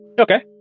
Okay